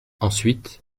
ensuite